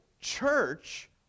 church